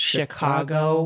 Chicago